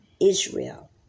Israel